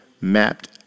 mapped